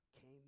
came